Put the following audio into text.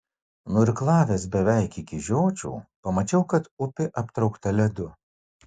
nuirklavęs beveik iki žiočių pamačiau kad upė aptraukta ledu